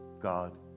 God